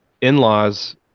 in-laws